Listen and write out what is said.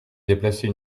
déplacer